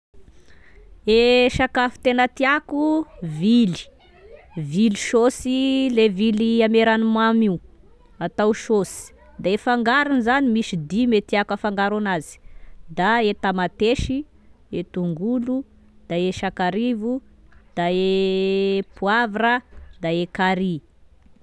E sakafo tena tiako, vily, vily saosy le vily ame ragnomamy io atao saosy, de fangarony zany misy dime tiako afangaro anazy: da e tamatesy, e tongolo, da e sakarivo, da e poavra, da e carry.